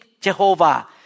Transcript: Jehovah